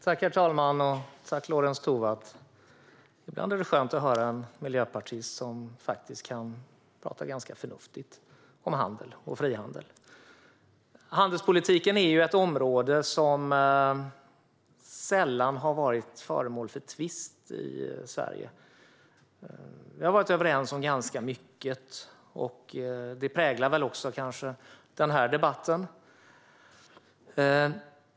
Herr talman! Tack, Lorentz Tovatt! Ibland är det skönt att höra en miljöpartist som kan prata ganska förnuftigt om handel och frihandel. Handelspolitiken är ett område som sällan har varit föremål för tvist i Sverige. Vi har varit överens om ganska mycket. Det präglar väl kanske också den här debatten.